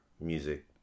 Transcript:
music